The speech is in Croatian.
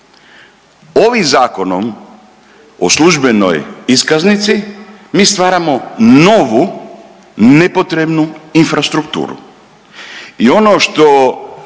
Ovim Zakonom o službenoj iskaznici mi stvaramo novu nepotrebnu infrastrukturu.